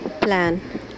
plan